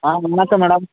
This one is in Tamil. ஆ வணக்கம் மேடம்